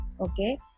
okay